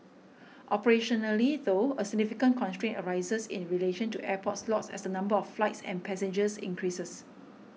operationally though a significant constraint arises in relation to airport slots as the number of flights and passengers increases